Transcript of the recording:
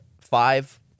five